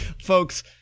folks